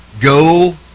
Go